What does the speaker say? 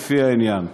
לפי העניין.